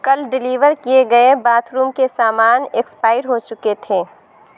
کل ڈلیور کیے گئے باتھ روم کے سامان اکسپائر ہو چکے تھے